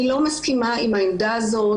אני לא מסכימה עם העמדה הזאת.